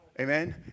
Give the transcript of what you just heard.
Amen